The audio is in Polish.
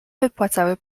wypłacały